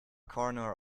corner